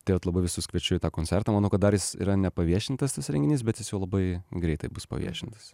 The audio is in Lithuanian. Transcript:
tai vat labai visus kviečiu į tą koncertą manau kad dar jis yra nepaviešintas tas renginys bet jis jau labai greitai bus paviešintas